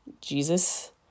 Jesus